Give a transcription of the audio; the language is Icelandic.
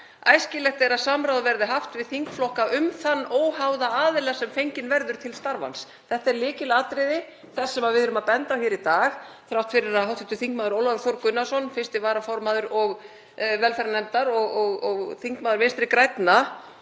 Æskilegt er að samráð verði haft við þingflokka um þann óháða aðila sem fenginn verður til starfans.“ Þetta er lykilatriði þess sem við erum að benda á hér í dag. Hins vegar, þrátt fyrir að hv. þm. Ólafur Þór Gunnarsson, 1. varaformaður velferðarnefndar og þingmaður Vinstri grænna